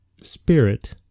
Spirit